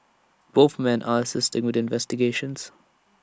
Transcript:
both men are assisting with investigations